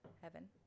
heaven